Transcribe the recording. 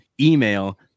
email